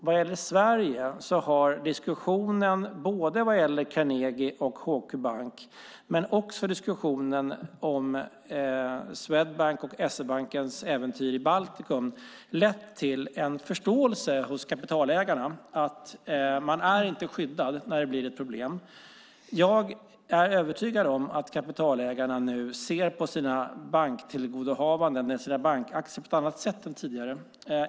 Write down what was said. I Sverige har diskussionen om både Carnegie och HQ Bank men också diskussionen om Swedbanks och SEB:s äventyr i Baltikum lett till en förståelse hos kapitalägarna att man inte är skyddad när det blir problem. Jag är övertygad om att kapitalägarna nu ser på sina banktillgodohavanden och bankaktier på ett annat sätt än tidigare.